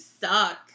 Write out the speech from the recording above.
suck